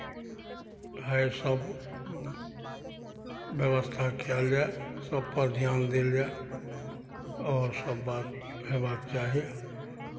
भए सभ व्यवस्था कयल जाय सभपर ध्यान देल जाय आओर सभ बात हेबाक चाही